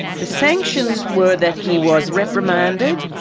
the sanctions were that he was reprimanded,